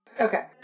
Okay